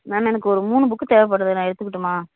ma'am எனக்கு ஒரு மூணு புக்கு தேவைப்படுது நான் எடுத்துக்கட்டுமா